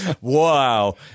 Wow